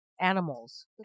Animals